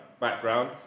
background